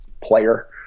player